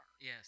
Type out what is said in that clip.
Yes